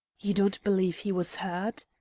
you don't believe he was hurt?